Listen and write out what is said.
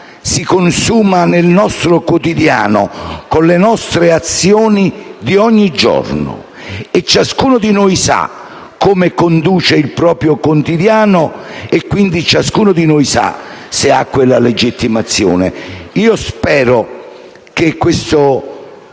si consuma nel nostro quotidiano, con le nostre azioni di ogni giorno e ciascuno di noi sa come conduce il proprio quotidiano e quindi ciascuno di noi sa se ha o no tale legittimazione. Spero che il mio